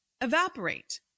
evaporate